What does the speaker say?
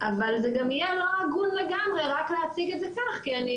אבל זה גם יהיה לא הגון לגמרי רק להציג את זה כך כי אני